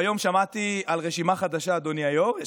היום שמעתי על רשימה חדשה, אדוני היו"ר.